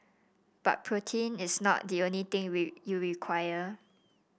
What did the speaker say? but protein is not the only thing we you require